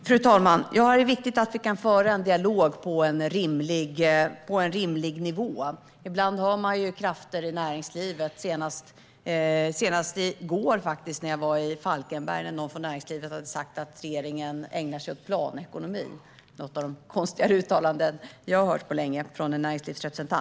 Fru talman! Det är viktigt att vi kan föra en dialog på en rimlig nivå. Senast i går när jag var i Falkenberg hörde jag att någon från näringslivet hade sagt att regeringen ägnar sig åt planekonomi. Det är ett av de konstigare uttalanden från en näringslivsrepresentant som jag har hört på länge.